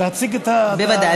להציג את, בוודאי.